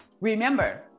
Remember